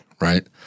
right